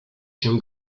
się